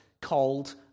called